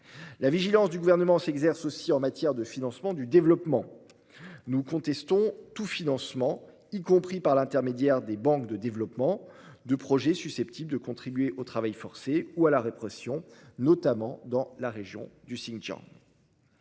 La vigilance du Gouvernement s'exerce aussi en matière de financement du développement. Nous contestons tout financement, y compris par l'intermédiaire des banques de développement, de projets susceptibles de contribuer au travail forcé ou à la répression, notamment dans la région du Xinjiang.